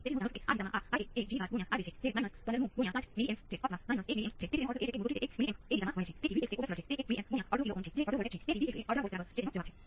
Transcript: તેથી ફરીથી જો તમે t બરાબર 0 ની કિંમત જુઓ તો તે Vc0 ભાંગ્યા RC છે જેને આપણે ફક્ત સર્કિટ ની વધુ ગણતરી પછી કરીશું અને તે વસ્તુ બધી જગ્યાએ દેખાય છે